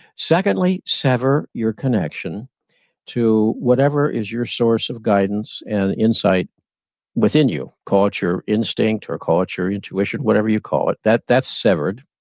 secondly, sever your connection to whatever is your source of guidance and insight within you. call it your instinct or call it your intuition, whatever you call it, that's severed.